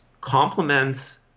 complements